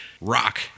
rock